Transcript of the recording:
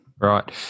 Right